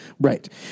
Right